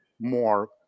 more